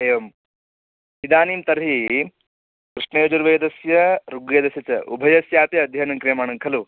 एवम् इदानीं तर्हि कृष्णयजुर्वेदस्य ऋग्वेदस्य च उभयस्यापि अध्ययनं क्रियमाणं खलु